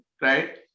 right